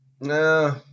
No